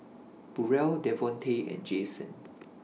Burrel Devontae and Jason